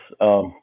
yes